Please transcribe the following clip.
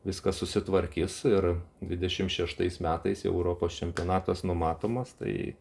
viskas susitvarkys ir dvidešim šeštais metais jau europos čempionatas numatomas tai